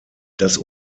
das